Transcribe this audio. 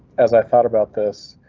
as i thought about this.